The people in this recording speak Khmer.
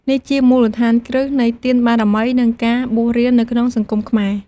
នេះជាមូលដ្ឋានគ្រឹះនៃទានបារមី និងការបួសរៀននៅក្នុងសង្គមខ្មែរ។